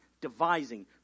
devising